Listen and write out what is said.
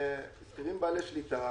שכירים בעלי שליטה